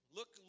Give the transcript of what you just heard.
Look